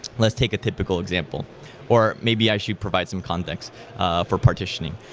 let's take a typical example or maybe i should provide some context for partitioning.